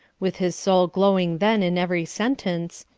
with his soul glowing then in every sentence,